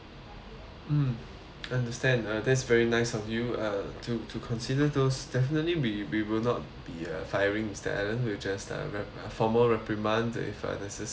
understand uh that's very nice of you uh to to consider those definitely we we will not be uh firing mister alan we'll just uh re~ formal reprimanded if necessary or uh